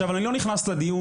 אני לא נכנס לדיון,